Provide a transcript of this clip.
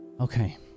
Okay